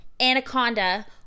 anaconda